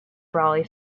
brolly